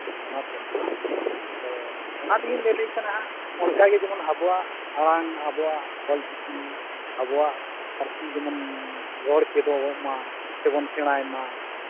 ᱟᱫᱚ ᱚᱱᱟ ᱛᱮᱜᱮᱧ ᱞᱟᱹᱞᱟᱹᱭ ᱠᱟᱱᱟ ᱦᱟᱸᱜ ᱚᱱᱠᱟᱜᱮ ᱡᱮᱢᱚᱱ ᱟᱵᱚᱣᱟᱜ ᱟᱲᱟᱝ ᱟᱵᱚᱣᱟᱜ ᱚᱞ ᱪᱤᱠᱤ ᱟᱵᱚᱣᱟᱜ ᱯᱟᱹᱨᱥᱤ ᱡᱮᱢᱚᱱ ᱨᱚᱲ ᱪᱮᱫᱚᱜ ᱢᱟ ᱥᱮᱵᱚᱱ ᱥᱮᱬᱟᱭ ᱢᱟ